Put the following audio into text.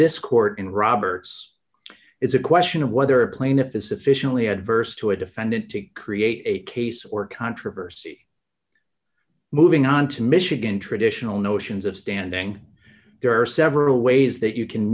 this court in roberts it's a question of whether a plaintiff is sufficiently adverse to a defendant to create a case or controversy moving on to michigan traditional notions of standing there are several ways that you can